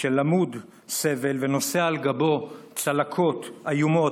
שלמוד סבל ונושא על גבו צלקות איומות